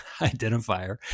identifier